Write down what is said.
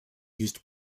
used